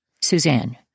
Suzanne